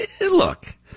Look